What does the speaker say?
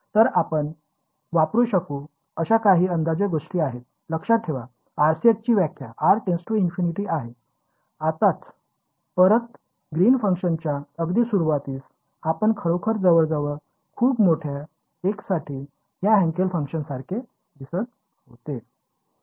तर आपण वापरु शकू अशा काही अंदाजे गोष्टी आहेत लक्षात ठेवा RCS ची व्याख्या r →∞ आहे आत्ताच परत ग्रीन फंक्शनच्या अगदी सुरुवातीस आपण खरोखर जवळजवळ खूप मोठ्या एक्ससाठी या हँकेल फंक्शनसारखे दिसत होते